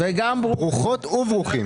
אגב, אם אתה מוחק את מה שאיווט ליברמן